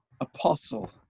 Apostle